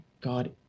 God